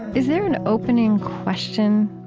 is there an opening question?